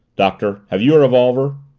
doctor, have you a revolver?